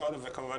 מתכוונת.